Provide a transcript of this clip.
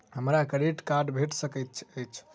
हमरा credit card भेट सकैत अछि?